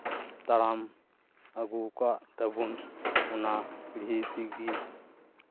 ᱛᱟᱲᱟᱢ ᱟᱹᱜᱩ ᱟᱠᱟᱫ ᱛᱟᱵᱚᱱ ᱚᱱᱟ ᱯᱤᱲᱦᱤ ᱛᱮᱜᱮ